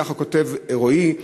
ככה כותב רועי,